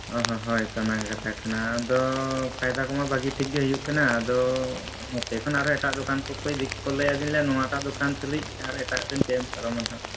ᱚ ᱦᱚ ᱦᱳᱭ ᱛᱚᱵᱮ ᱚᱱᱟ ᱜᱮ ᱠᱟᱛᱷᱟ ᱠᱟᱱᱟ ᱟᱫᱚ ᱯᱷᱟᱭᱫᱟ ᱠᱚᱢᱟ ᱵᱷᱟᱹᱜᱤ ᱴᱷᱤᱠ ᱜᱮ ᱦᱩᱭᱩᱜ ᱠᱟᱱᱟ ᱟᱫᱚ ᱱᱚᱛᱮ ᱠᱷᱚᱱ ᱟᱨᱦᱚᱸ ᱮᱴᱟᱜ ᱫᱚᱠᱟᱱ ᱠᱚᱠᱚ ᱫᱤᱠᱩ ᱠᱚ ᱞᱟᱹᱭᱮᱜᱼᱟ ᱟᱫᱚᱧ ᱞᱟᱹᱭᱮᱜᱼᱟ ᱱᱚᱣᱟᱴᱟᱜ ᱫᱚᱠᱟᱱ ᱛᱩᱞᱩᱡ ᱟᱨ ᱮᱴᱟᱜ ᱥᱮᱱ ᱪᱮᱫ ᱮᱢ ᱯᱟᱨᱚᱢᱟ ᱱᱟᱜ